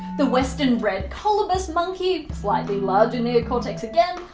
the western red colobus monkey, slightly larger neocortex again,